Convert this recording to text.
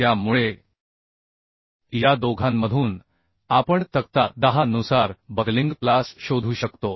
त्यामुळे या दोघांमधून आपण तक्ता 10 नुसार बकलिंग क्लास शोधू शकतो